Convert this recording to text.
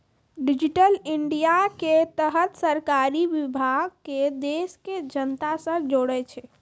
digital India के तहत सरकारी विभाग के देश के जनता से जोड़ै छै